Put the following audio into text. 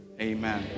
Amen